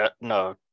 no